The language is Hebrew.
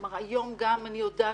כלומר, היום גם אני יודעת